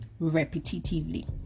repetitively